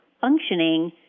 functioning